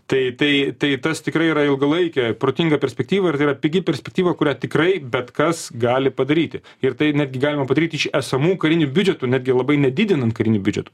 tai tai tai tas tikrai yra ilgalaikė protinga perspektyva ir tai yra pigi perspektyva kurią tikrai bet kas gali padaryti ir tai netgi galima padaryti iš esamų karinių biudžetų netgi ir labai nedidinant karinių biudžetų